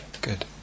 good